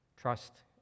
trust